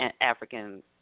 African